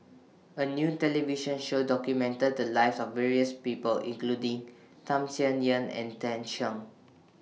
A New television Show documented The Lives of various People including Tham Sien Yen and Tan Shen